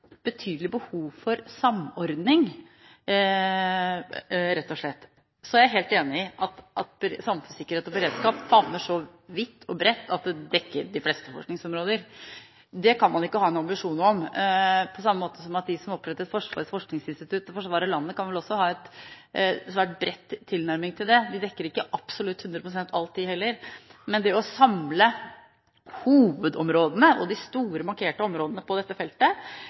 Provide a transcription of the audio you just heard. betydelig behov for samordning. Så er jeg helt enig i at samfunnssikkerhet og beredskap favner så vidt og bredt at det dekker de fleste forskningsområder – det kan man ikke ha noen ambisjon om – på samme måte som at de som opprettet Forsvarets forskningsinstitutt for å forsvare landet, kanskje også kan ha en svært bred tilnærming til det. De dekker ikke absolutt 100 pst., de heller. Men det å samle hovedområdene og de store markerte områdene på dette feltet